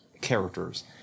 characters